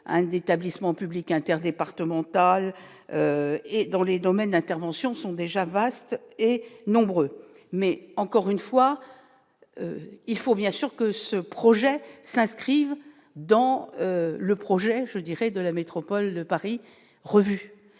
d'établissement public interdépartemental et dans les domaines d'intervention sont déjà vaste et nombreuses, mais encore une fois. Il faut bien sûr que ce projet s'inscrit dans le projet, je dirais, de la métropole Paris revue